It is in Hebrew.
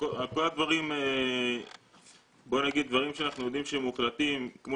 דברים שאנחנו יודעים שהם קיימים כמו